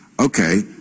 Okay